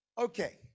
Okay